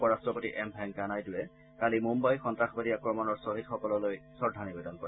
উপ ৰাট্টপতি এম ভেংকায়া নাইডুৱে কালি মূম্বাই সন্তাসবাদী আক্ৰমণৰ শ্বহীদসকললৈ শ্ৰদ্ধা নিৱেদন কৰে